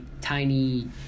tiny